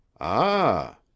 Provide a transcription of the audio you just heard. Ah